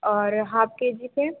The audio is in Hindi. और हाफ़ के जी पे